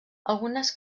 algunes